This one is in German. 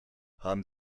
haben